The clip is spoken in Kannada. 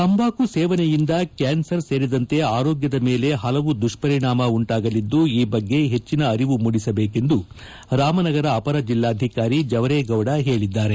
ತಂಬಾಕು ಸೇವನೆಯಿಂದ ಕ್ಷಾನ್ಸರ್ ಸೇರಿದಂತೆ ಆರೋಗ್ಗದ ಮೇಲೆ ಪಲವು ದುಷ್ವರಿಣಾಮ ಉಂಟಾಗಲಿದ್ದು ಈ ಬಗ್ಗೆ ಹೆಚ್ಚಿನ ಅರಿವು ಮೂಡಿಸಬೇಕೆಂದು ರಾಮನಗರ ಅಪರ ಜಿಲ್ಲಾಧಿಕಾರಿ ಜವರೇಗೌಡ ಹೇಳಿದ್ದಾರೆ